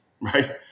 right